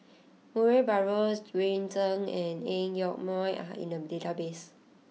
Murray Buttrose Green Zeng and Ang Yoke Mooi are in the database